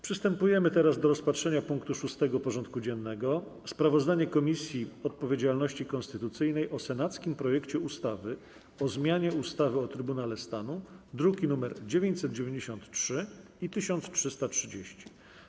Przystępujemy do rozpatrzenia punktu 6. porządku dziennego: Sprawozdanie Komisji Odpowiedzialności Konstytucyjnej o senackim projekcie ustawy o zmianie ustawy o Trybunale Stanu (druki nr 993 i 1330)